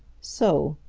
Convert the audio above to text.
so.